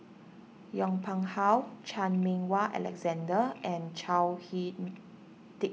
Yong Pung How Chan Meng Wah Alexander and Chao He